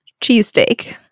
cheesesteak